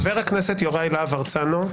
חבר הכנסת יוראי להב הרצנו,